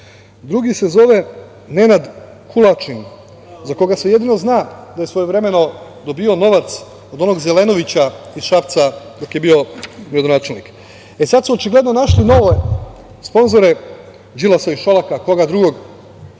Drugi se zove Nenad Kulačin, za koga se jedino zna da je svojevremeno dobijao novac od onog Zelenovića iz Šapca, dok je bio gradonačelnik. Sad su očigledno našli nove sponzore, Đilasa i Šolaka, koga drugog,